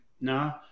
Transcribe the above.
No